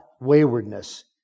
waywardness